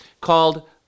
called